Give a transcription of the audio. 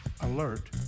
Alert